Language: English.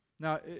Now